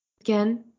again